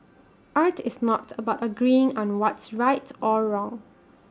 art is not about agreeing on what's right or wrong